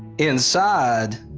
inside,